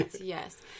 yes